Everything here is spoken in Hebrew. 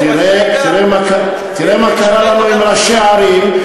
תראה מה קרה לנו עם ראשי ערים,